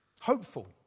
hopeful